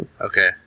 Okay